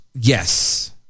Yes